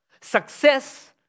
Success